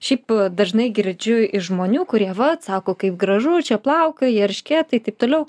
šiaip dažnai girdžiu iš žmonių kurie vat sako kaip gražu čia plaukioja eršketai taip toliau